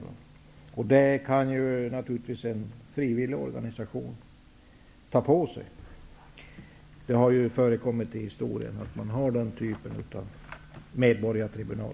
Det kan naturligtvis en frivillig organisation ta på sig. Det har förekommit i historien att man har haft den typen av medborgartribunal.